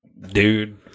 Dude